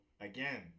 again